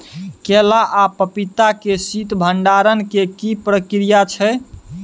केला आ पपीता के शीत भंडारण के की प्रक्रिया छै?